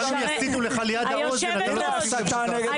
יסיתו ליד האוזן שלך אתה לא תשים לב לכך.